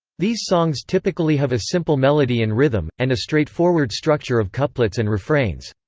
these songs typically have a simple melody and rhythm, and a straightforward structure of couplets and refrains.